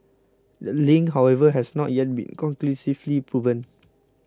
the link however has not yet been conclusively proven